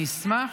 אני אשמח,